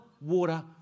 water